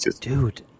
Dude